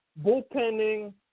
bullpenning